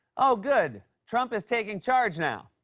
oh, good. trump is taking charge now.